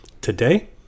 today